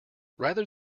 rather